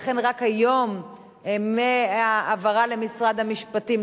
לכן רק היום העבירו למשרד המשפטים,